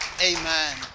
Amen